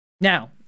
Now